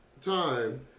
time